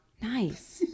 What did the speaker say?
Nice